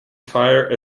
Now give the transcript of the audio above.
fire